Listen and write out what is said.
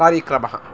कार्यक्रमः